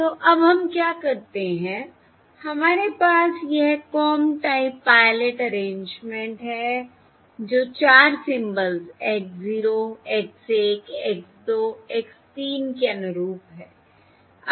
तो अब हम क्या करते हैं हमारे पास यह कॉम टाइप पायलट अरेंजमेंट है जो 4 symbols X0 X1 X2 X3 के अनुरूप है